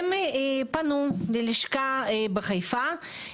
הם פנו ללשכה בחיפה.